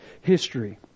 history